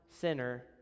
sinner